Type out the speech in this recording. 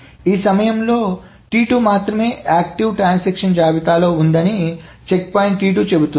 ఈ సమయంలో T2 మాత్రమే యాక్టివ్ ట్రాన్సాక్షన్ జాబితాలో ఉందని check point check point T2 చెబుతుంది